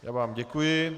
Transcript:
Já vám děkuji.